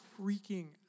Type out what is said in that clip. freaking